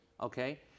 okay